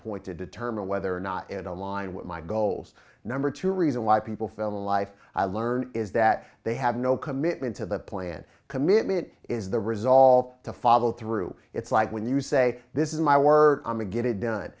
point to determine whether or not it aligned with my goals number two reason why people feel the life i learn is that they have no commitment to the plan commitment is the resolve to follow through it's like when you say this is my work i'm a get it done